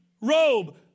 robe